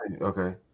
Okay